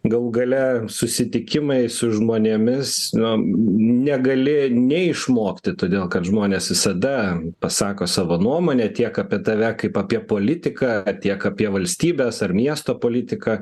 galų gale susitikimai su žmonėmis nu negali neišmokti todėl kad žmonės visada pasako savo nuomonę tiek apie tave kaip apie politiką tiek apie valstybės ar miesto politiką